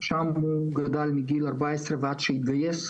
שם הוא גדל מגיל 14, ועד שהוא התגייס.